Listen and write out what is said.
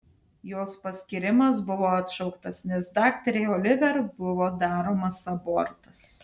jos paskyrimas buvo atšauktas nes daktarei oliver buvo daromas abortas